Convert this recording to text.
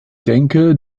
denke